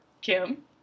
Kim